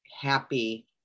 happy